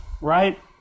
right